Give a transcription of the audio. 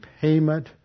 payment